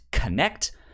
Connect